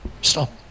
stop